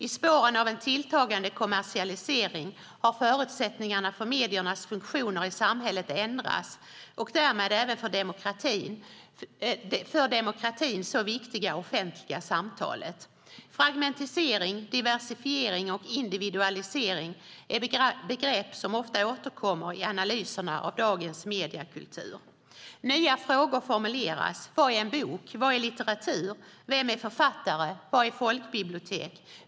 I spåren av en tilltagande kommersialisering har förutsättningarna för mediernas funktioner i samhället ändrats och därmed även det för demokratin så viktiga offentliga samtalet. Fragmentering, diversifiering och individualisering är begrepp som ofta återkommer i analyserna av dagens mediekultur. Nya frågor formuleras: Vad är en bok? Vad är litteratur? Vem är författare? Vad är ett folkbibliotek?